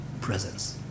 presence